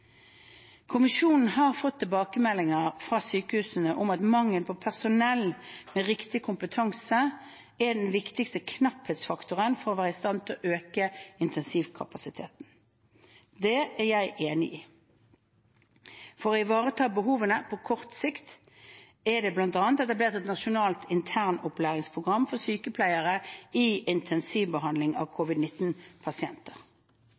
Kommisjonen har fått tilbakemeldinger fra sykehusene om at mangel på personell med riktig kompetanse er den viktigste knapphetsfaktoren for å være i stand til å øke intensivkapasiteten. Det er jeg enig i. For å ivareta behovene på kort sikt er det bl.a. etablert et nasjonalt internopplæringsprogram for sykepleiere i intensivbehandling av